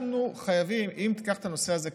אנחנו חייבים, אם תיקח את הנושא הזה כדוגמה,